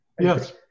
Yes